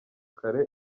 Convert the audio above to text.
kare